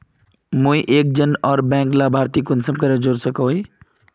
मुई एक जन बैंक लाभारती आर कुंसम करे जोड़वा सकोहो ही?